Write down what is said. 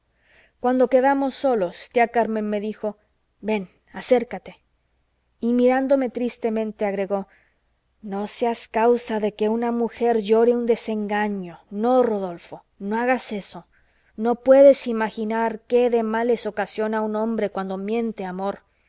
cuando quedamos solos tía carmen me dijo ven acércate y mirándome tristemente agregó no seas causa de que una mujer llore un desengaño no rodolfo no hagas eso no puedes imaginar qué de males ocasiona un hombre cuando miente amor